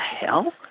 hell